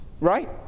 Right